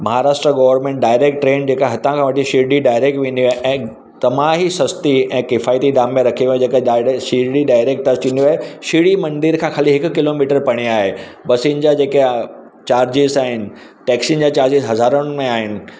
Maharashtra government direct train जेका हितां खां वठी शिरडी डायरेक्ट वेंदियूं ऐं तमाम ई सस्ती ऐं किफ़ायती दाम में रखियो आहे जेके ॾाढे शिरडी डायरेक्ट अचीनि थियूं ऐं शिरडी मंदर खां खाली हिकु किलोमीटर परे आहे बसिनि जा जेके आहे चार्जिस आहिनि टैक्सीनि जा चार्जिस हज़ारनि में आहिनि